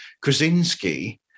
Krasinski